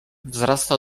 wzrasta